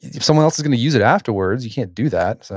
if someone else is gonna use it afterwards, you can't do that